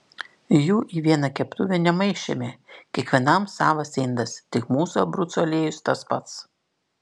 jų į vieną keptuvę nemaišėme kiekvienam savas indas tik mūsų abrucų aliejus tas pats